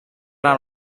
are